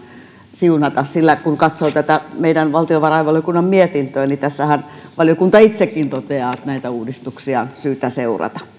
siunata sillä kun katsoo tätä meidän valtiovarainvaliokunnan mietintöä niin tässähän valiokunta itsekin toteaa että näitä uudistuksia on syytä seurata